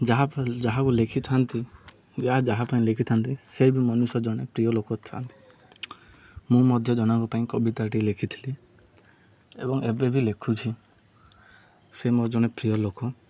ଯାହା ଯାହାକୁ ଲେଖିଥାନ୍ତି ଯା ଯାହା ପାଇଁ ଲେଖିଥାନ୍ତି ସେ ବି ମନୁଷ୍ୟ ଜଣେ ପ୍ରିୟ ଲୋକଥାନ୍ତି ମୁଁ ମଧ୍ୟ ଜଣଙ୍କ ପାଇଁ କବିତାଟି ଲେଖିଥିଲି ଏବଂ ଏବେ ବି ଲେଖୁଛି ସେ ମୋର ଜଣେ ପ୍ରିୟ ଲୋକ